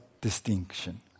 distinction